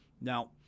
Now